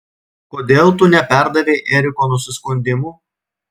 kodėl tu neperdavei eriko nusiskundimų